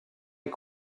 est